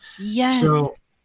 Yes